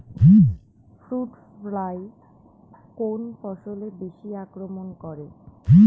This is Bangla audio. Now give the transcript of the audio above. ফ্রুট ফ্লাই কোন ফসলে বেশি আক্রমন করে?